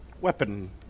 weapon